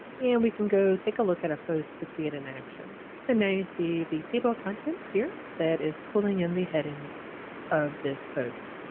and we can go take a look at a post to see it in action and now you see the table of contents here that is pulling in the headings of this post.